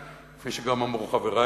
כפי שגם אמרו חברי,